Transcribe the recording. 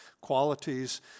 qualities